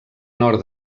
nord